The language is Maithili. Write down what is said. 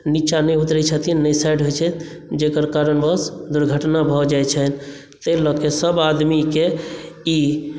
नीचा नहि उतरै छथिन नहि साइड होइ छथि जेकर कारणवश दुर्घटना भऽ जाइ छनि ताहि लऽ कऽ सब आदमीकेँ ई